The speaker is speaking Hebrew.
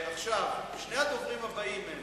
שני הדוברים הבאים הם,